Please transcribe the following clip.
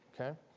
Okay